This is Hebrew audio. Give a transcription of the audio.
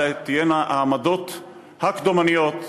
אלה תהיינה העמדות הקדומניות,